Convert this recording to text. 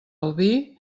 albí